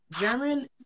German